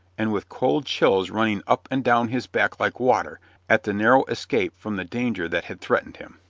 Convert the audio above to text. and with cold chills running up and down his back like water at the narrow escape from the danger that had threatened him.